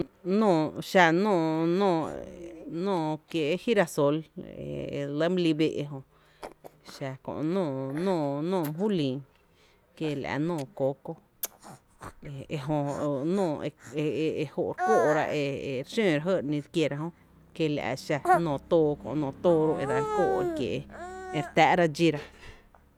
Nóoó xa nóoó nóoó, nóoó kié girasol e e re lɇ mý li bee’ jö, xa kö’ nóoó nóoó, nóoó mý julin, kiela’ kö’ nóoó coco, ejö nóoó e e jó’ re kóó’ra e re xóóra lajy e ï re kiera jö, kiela’ xa nóoó tóó kö, nóoó tóó edsel kóó’ ekiee’ ere tá’ra dxíra.